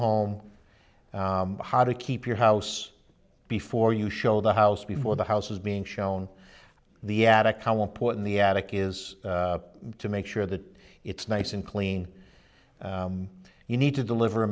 home how to keep your house before you show the house before the house is being shown the attic how important the attic is to make sure that it's nice and clean you need to deliver a